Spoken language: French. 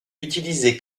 utilisé